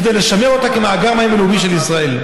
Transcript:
כדי לשמר אותה כמאגר המים הלאומי של ישראל.